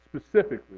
specifically